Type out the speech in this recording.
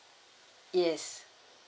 yes